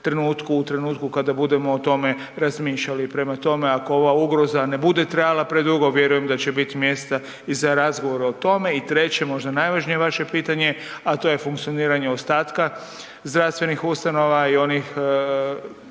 trenutku u trenutku kada budemo o tome razmišljali i prema tome, ako ova ugroza ne bude trajala predugo vjerujem da će biti mjesta i za razgovor o tome. I treće možda najvažnije vaše pitanje, a to je funkcioniranje ostatka zdravstvenih ustanova i onih